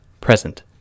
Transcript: present